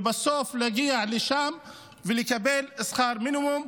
ובסוף להגיע לשם ולקבל שכר מינימום,